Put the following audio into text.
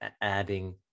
adding